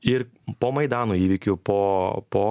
ir po maidano įvykių poo po